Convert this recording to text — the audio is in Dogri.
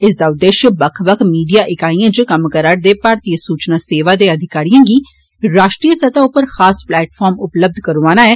इस दा उद्देष्य बक्ख बक्ख मीडिया इकाइएं च कम्म करारदे भारतीय सूचना सेवा दे अधिकारिए गी राश्ट्रीय स्तर उप्पर खास पलेटफार्म उपलब्ध करौआना ऐ